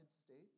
States